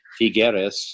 Figueres